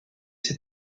ses